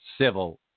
civil